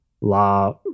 La